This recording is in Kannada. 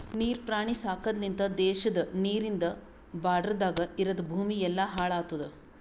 ನೀರ್ ಪ್ರಾಣಿ ಸಾಕದ್ ಲಿಂತ್ ದೇಶದ ನೀರಿಂದ್ ಬಾರ್ಡರದಾಗ್ ಇರದ್ ಭೂಮಿ ಎಲ್ಲಾ ಹಾಳ್ ಆತುದ್